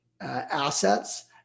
assets